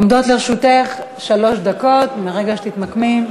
עומדות לרשותך שלוש דקות מרגע שתתמקמי.